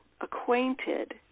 acquainted